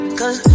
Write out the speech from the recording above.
cause